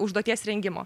užduoties rengimo